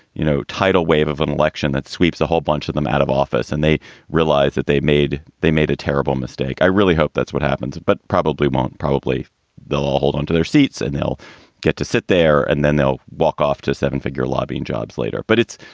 you know tidal wave of an election that sweeps a whole bunch of them out of office and they realize that they made they made a terrible mistake. i really hope that's what happens. but probably won't. probably they'll all hold onto their seats and they'll get to sit there and then they'll walk off to seven figure lobbying jobs later. but it's.